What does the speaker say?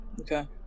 Okay